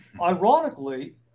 Ironically